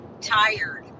tired